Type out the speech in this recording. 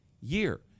year